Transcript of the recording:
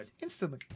instantly